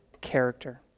character